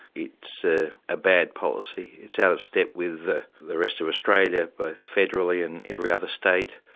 it's ah a bad policy. it's out of step with the the rest of australia, both federally and every other state.